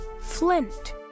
flint